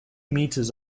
meters